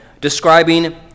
describing